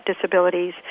disabilities